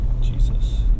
Jesus